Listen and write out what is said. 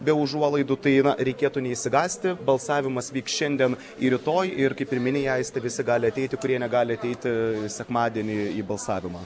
be užuolaidų tai yra reikėtų neišsigąsti balsavimas vyks šiandien ir rytoj ir kai pirminiai aistė visi gali ateiti kurie negali ateiti sekmadienį į balsavimą